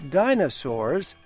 dinosaurs